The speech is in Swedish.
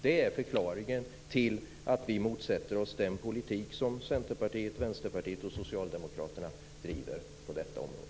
Det är förklaringen till att vi motsätter oss den politik som Centerpartiet, Vänsterpartiet och Socialdemokraterna driver på detta område.